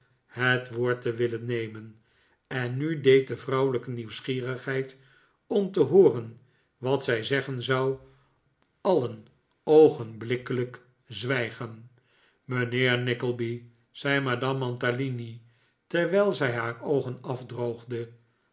het woord te willen nemen en nu deed de vrouwelijke nieuwsgierigheid om te hooren wat zij zeggen zou alien oogenblikkelijk zwijgen mijnheer nickleby zei madame mantalini terwijl zij haar oogen afdroogde